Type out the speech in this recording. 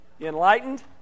Enlightened